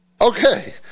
Okay